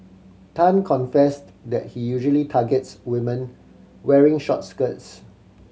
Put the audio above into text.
Tan confessed that he usually targets women wearing short skirts